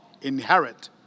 inherit